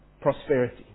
prosperity